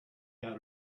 out